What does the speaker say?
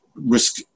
Risk